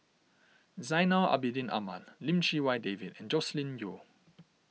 Zainal Abidin Ahmad Lim Chee Wai David and Joscelin Yeo